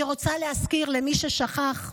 אני רוצה להזכיר למי ששכח: